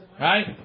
Right